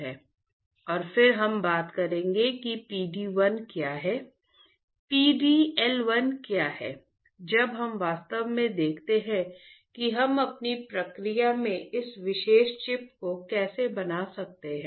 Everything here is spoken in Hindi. और फिर हम बात करेंगे कि PD 1 क्या है PD L1 क्या है जब हम वास्तव में देखते हैं कि हम अपनी प्रक्रिया में इस विशेष चिप को कैसे बना सकते हैं